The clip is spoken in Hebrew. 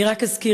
אני רק אזכיר,